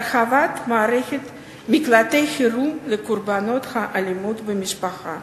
הרחבת מערכת מקלטי חירום לקורבנות האלימות במשפחה,